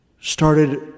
started